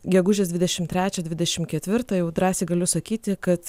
gegužės dvidešim trečią dvidešim ketvirtą jau drąsiai galiu sakyti kad